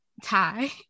tie